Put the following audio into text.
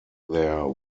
there